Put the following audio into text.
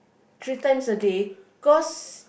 three times a day cause